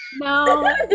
No